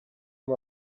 amb